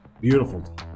Beautiful